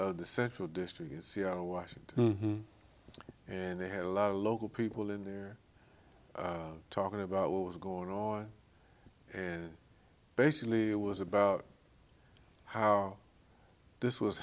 in the central district seattle washington and they had a lot of local people in there talking about what was going on and basically it was about how this was